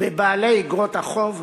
בבעלי איגרות החוב